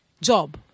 job